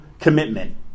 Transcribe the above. commitment